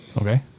Okay